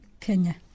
Kenya